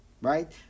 Right